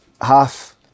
half